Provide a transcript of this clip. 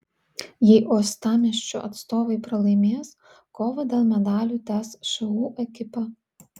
jei uostamiesčio atstovai pralaimės kovą dėl medalių tęs šu ekipa